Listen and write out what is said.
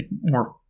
more